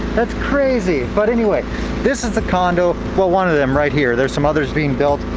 that's crazy! but anyway this is the condo, well one of them right here, there's some others being built.